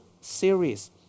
series